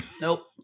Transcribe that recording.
Nope